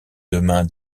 demain